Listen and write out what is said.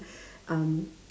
um